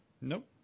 Nope